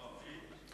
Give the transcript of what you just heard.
לא, הייתי פה.